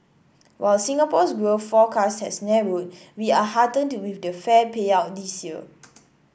while Singapore's growth forecast has narrowed we are heartened with the fair payout this year